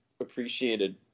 appreciated